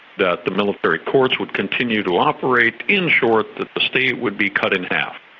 that the military courts would continue to operate. in short, that the state would be cut in half.